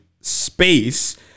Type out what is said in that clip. space